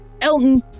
Elton